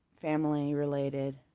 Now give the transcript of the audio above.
family-related